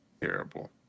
terrible